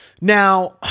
Now